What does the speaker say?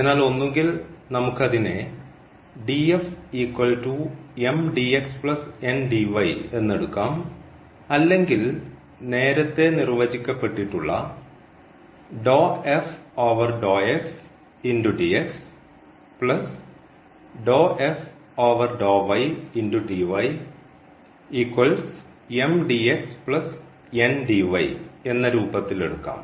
അതിനാൽ ഒന്നുകിൽ നമുക്കതിനെ എന്ന് എടുക്കാം അല്ലെങ്കിൽ നേരത്തെ നിർവചിക്കപ്പെട്ടിട്ടുള്ള എന്ന രൂപത്തിൽ എടുക്കാം